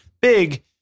big